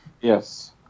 Yes